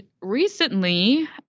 recently